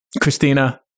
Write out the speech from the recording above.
christina